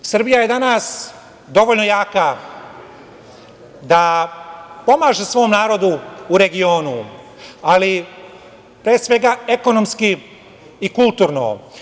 Takođe, Srbija je danas dovoljno jaka da pomaže svom narodu u regionu, pre svega ekonomski i kulturno.